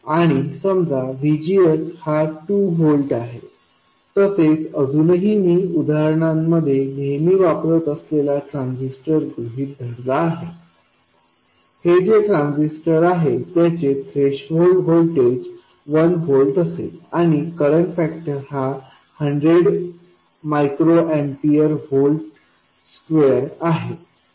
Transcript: आणि समजा VGS हा 2 व्होल्ट आहे तसेच अजूनही मी उदाहरणांमध्ये नेहमी वापरत असलेला ट्रान्झिस्टर गृहीत धरला आहे हे जे ट्रान्झिस्टर आहे त्याचे थ्रेशोल्ड व्होल्टेज 1 व्होल्ट असेल आणि करंट फॅक्टर हा 100 मायक्रो एम्पीयर व्होल्ट स्क्वेअर आहे